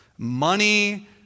Money